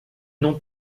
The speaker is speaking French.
non